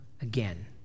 again